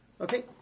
Okay